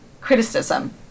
criticism